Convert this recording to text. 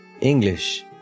English